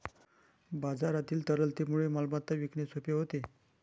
बाजारातील तरलतेमुळे मालमत्ता विकणे सोपे होते